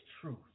truth